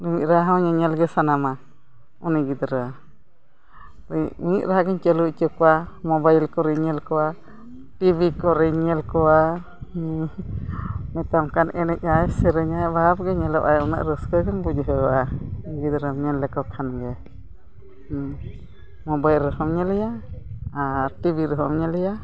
ᱱᱩᱭ ᱮᱨᱟ ᱦᱚᱸ ᱧᱮᱧᱮᱞ ᱜᱮ ᱥᱟᱱᱟᱢᱟ ᱩᱱᱤ ᱜᱤᱫᱽᱨᱟᱹ ᱤᱧᱟᱹᱜ ᱨᱟᱦᱟ ᱜᱮᱧ ᱪᱟᱹᱞᱩ ᱦᱚᱪᱚ ᱠᱚᱣᱟ ᱢᱳᱵᱟᱭᱤᱞ ᱠᱚᱨᱮᱧ ᱧᱮᱞ ᱠᱚᱣᱟ ᱴᱤᱵᱷᱤ ᱠᱚᱨᱮᱧ ᱧᱮᱞ ᱠᱚᱣᱟ ᱢᱮᱛᱟᱢ ᱠᱟᱱ ᱮᱱᱮᱡᱼᱟᱭ ᱥᱮᱨᱮᱧᱟᱭ ᱵᱷᱟᱵᱽ ᱜᱮ ᱧᱮᱞᱚᱜ ᱟᱭ ᱩᱱᱟᱹᱜ ᱨᱟᱹᱥᱠᱟᱹ ᱜᱮᱢ ᱵᱩᱡᱷᱟᱹᱣᱟ ᱩᱱᱠᱩ ᱜᱤᱫᱽᱨᱟᱹᱢ ᱧᱮᱞ ᱞᱮᱠᱚ ᱠᱷᱟᱱ ᱜᱮ ᱢᱳᱵᱟᱭᱤᱞ ᱨᱮ ᱦᱚᱢ ᱧᱮᱞᱮᱭᱟ ᱟᱨ ᱴᱤᱵᱷᱤ ᱨᱮ ᱦᱚᱢ ᱧᱮᱞᱮᱭᱟ